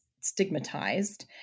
stigmatized